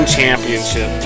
championship